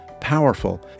powerful